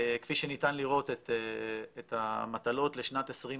כפי שניתן לראות את המטלות לשנת 2020,